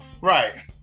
right